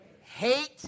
Hate